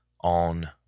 on